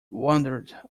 wondered